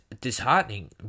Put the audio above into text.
disheartening